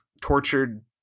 tortured